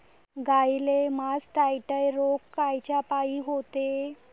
गाईले मासटायटय रोग कायच्यापाई होते?